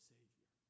Savior